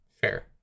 Fair